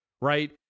right